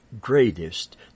greatest